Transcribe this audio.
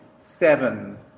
seven